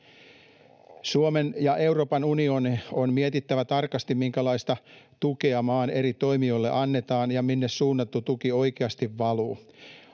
Suomen ja Euroopan unionin on mietittävä tarkasti, minkälaista tukea maan eri toimijoille annetaan ja minne suunnattu tuki oikeasti valuu.